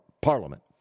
Parliament